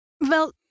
Well-